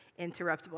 interruptible